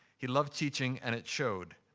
he loved teaching and it showed.